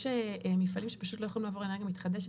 יש מפעלים שפשוט לא יכולים לעבור לאנרגיה מתחדשת.